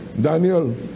Daniel